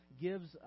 gives